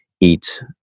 eat